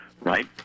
right